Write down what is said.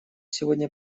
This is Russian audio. сегодня